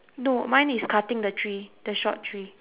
no mine is cutting the tree the short tree